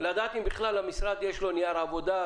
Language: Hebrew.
-- לדעת אם בכלל למשרד יש נייר עבודה,